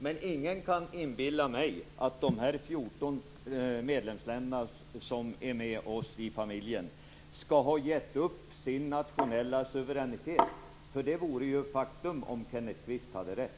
Men ingen kan inbilla mig att de övriga 14 medlemsländerna som är med i familjen skall ha gett upp sin nationella suveränitet. Detta vore ju ett faktum, om Kenneth Kvist hade rätt.